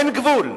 אין גבול.